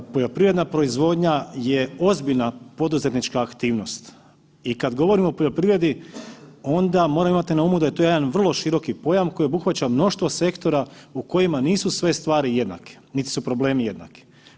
Poljoprivredna proizvodnja je ozbiljna poduzetnička aktivnost i kad govorimo o poljoprivredi onda moramo imati na umu da je to jedan vrlo široki pojam koji obuhvaća mnoštvo sektora u kojima nisu sve stvari jednake, niti su problemi jednaki.